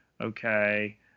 okay